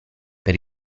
per